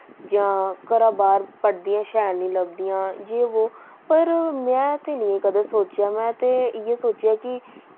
जां घरा बाह्र पढ़दियां शैल निं लब्भदियां यह् वो पर में ते निं कदें सोचेआ में ते इ'यै सोचेआ कि